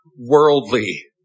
worldly